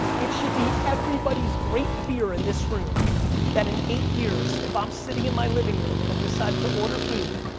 it should be everybody's great fear in this room that an eight years, if i'm sitting in my living room and have decided to order food,